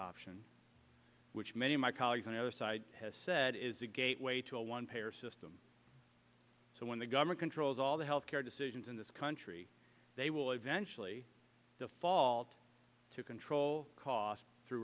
option which many of my colleagues on the other side has said is a gateway to a one payer system so when the government controls all the health care decisions in this country they will eventually default to control costs through